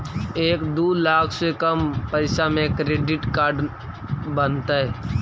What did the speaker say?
एक दू लाख से कम पैसा में क्रेडिट कार्ड बनतैय?